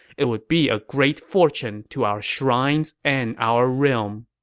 it would be a great fortune to our shrines and our realm.